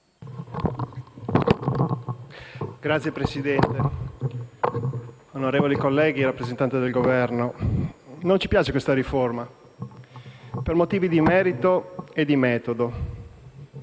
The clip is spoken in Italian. Signor Presidente, onorevoli colleghi, rappresentante del Governo, non ci piace questa riforma, per motivi di merito e di metodo.